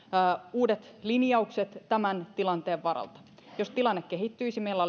uudet linjaukset tämän tilanteen varalta jos tilanne kehittyisi meillä